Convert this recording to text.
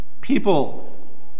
people